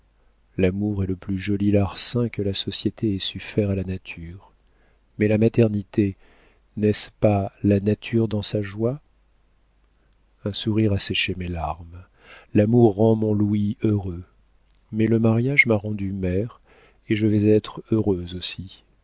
l'amour est le plus joli larcin que la société ait su faire à la nature mais la maternité n'est-ce pas la nature dans sa joie un sourire a séché mes larmes l'amour rend mon louis heureux mais le mariage m'a rendue mère et je veux être heureuse aussi